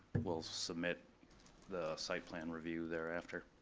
we'll submit the site plan review thereafter.